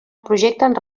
projecten